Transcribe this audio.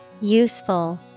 Useful